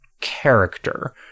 character